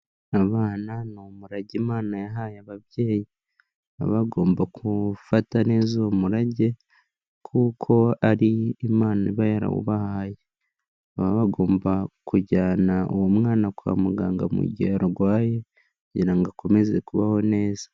Abana ni umurage Imana yahaye ababyeyi baba bagomba gufata neza uwo murage kuko ari Imana iba yarawubahaye, baba bagomba kujyana uwo mwana kwa muganga mu gihe arwaye kugira ngo akomeze kubaho neza.